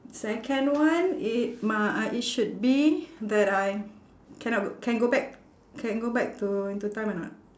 second one it might it should be that I cannot go can go back can go back to into time or not